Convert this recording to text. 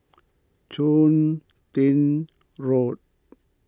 Chun Tin Road